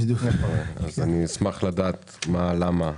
אני אשמח לדעת למה.